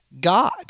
god